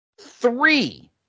Three